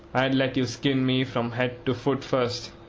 i'd let you skin me from head to foot first.